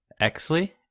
Exley